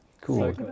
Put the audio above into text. Cool